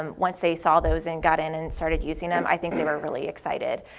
um once they saw those and got in and started using them, i think they were really excited.